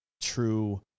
true